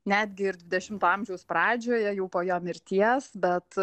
netgi ir dvidešimto amžiaus pradžioje jau po jo mirties bet